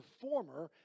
former